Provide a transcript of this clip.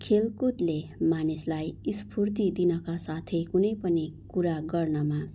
खेलकुदले मानिसलाई स्फूर्ति दिनका साथै कुनै पनि कुरा गर्नमा